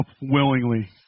willingly